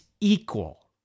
equal